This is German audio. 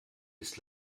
ist